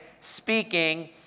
speaking